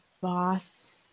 boss